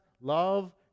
love